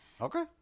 okay